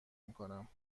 میکنم